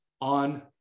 on